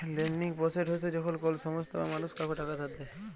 lending process হছে যখল কল সংস্থা বা মালুস কাউকে টাকা ধার দেঁই